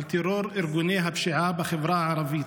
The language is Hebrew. על טרור ארגוני הפשיעה בחברה הערבית.